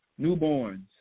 Newborns